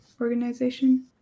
organization